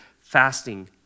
fasting